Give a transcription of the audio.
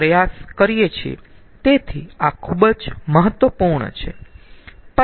તેથી આ ખુબ જ મહત્વપૂર્ણ છે